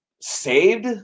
saved